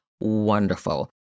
wonderful